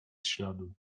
śladu